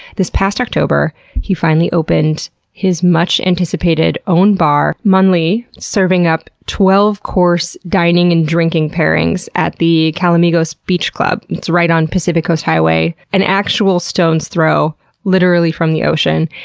this past october he finally opened his much-anticipated own bar, mon li, serving up twelve course dining and drinking pairings at the calamigos beach club. it's right on pacific coast highway, an actual stone's throw literally, from the ocean.